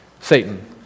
Satan